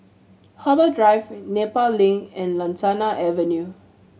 Harbour Drive Nepal Link and Lantana Avenue